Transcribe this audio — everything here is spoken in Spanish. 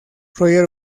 roger